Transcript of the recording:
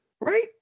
right